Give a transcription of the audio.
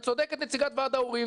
וצודקת נציגת ועד ההורים,